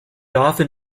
often